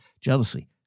jealousy